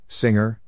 singer